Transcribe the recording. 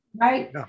right